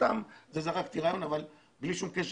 סתם זרקתי רעיון אבל בלי שום קשר,